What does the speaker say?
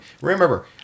remember